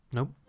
Nope